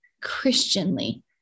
Christianly